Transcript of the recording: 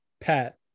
pat